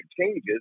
changes